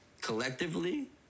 collectively